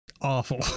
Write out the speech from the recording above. awful